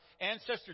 ancestor